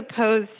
opposed